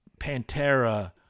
Pantera